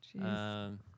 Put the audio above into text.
jeez